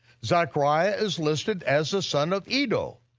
zecharyah is listed as the son of iddo,